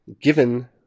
given